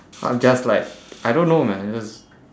I'm just like I don't know man just